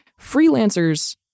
freelancers